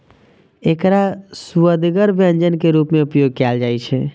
एकरा सुअदगर व्यंजन के रूप मे उपयोग कैल जाइ छै